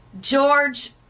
George